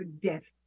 death